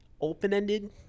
open-ended